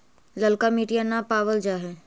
ललका मिटीया न पाबल जा है?